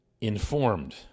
informed